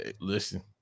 listen